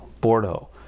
Bordeaux